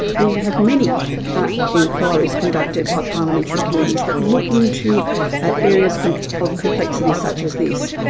we have many inquiries conducted by parliamentary committees that look into ah areas kind of complexity such as this,